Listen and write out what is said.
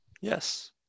Yes